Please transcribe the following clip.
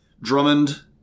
Drummond